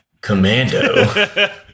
Commando